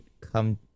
come